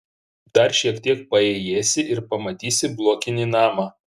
dar šiek tiek paėjėsi ir pamatysi blokinį namą